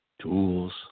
tools